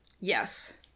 Yes